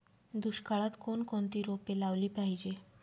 दुष्काळात कोणकोणती रोपे लावली पाहिजे?